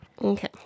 Okay